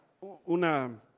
una